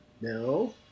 No